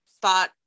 thought